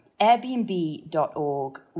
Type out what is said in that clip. Airbnb.org